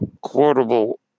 quotable